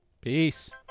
Peace